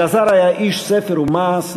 אלעזר היה איש ספר ומעש,